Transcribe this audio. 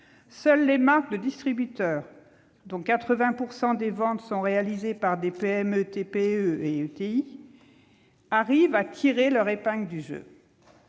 Seules les marques de distributeurs, dont 80 % des ventes sont réalisées par des PME, TPE et ETI, arrivent à tirer leur épingle du jeu.